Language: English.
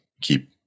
keep